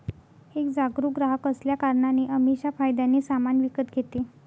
एक जागरूक ग्राहक असल्या कारणाने अमीषा फायद्याने सामान विकत घेते